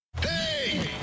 Hey